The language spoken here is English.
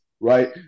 Right